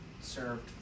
served